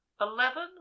Eleven